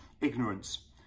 ignorance